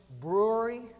brewery